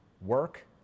work